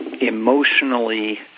emotionally